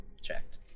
checked